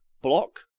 block